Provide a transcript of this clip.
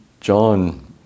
John